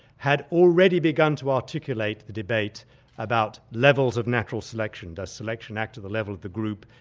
had already begun to articulate the debate about levels of natural selection-does selection act to the level of the group,